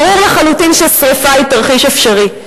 ברור לחלוטין ששרפה היא תרחיש אפשרי,